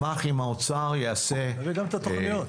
נביא גם את התוכניות,